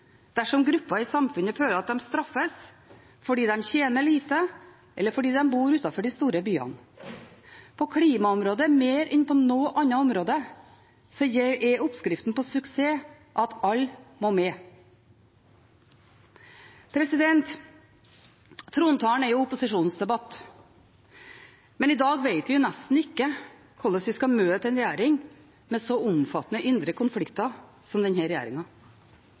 dersom grupper i samfunnet føler at de straffes fordi de tjener lite, eller fordi de bor utenfor de store byene. På klimaområdet mer enn på noe annet område er oppskriften på suksess at alle må med. Trontaledebatten er opposisjonens debatt, men i dag vet vi nesten ikke hvordan vi skal møte en regjering med så omfattende indre konflikter som denne regjeringen har. Den